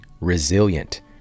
resilient